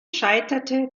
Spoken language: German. scheiterte